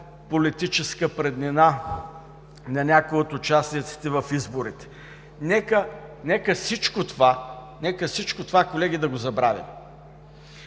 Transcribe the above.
политическа преднина на някой от участниците в изборите. Нека всичко това, колеги, да го забравим!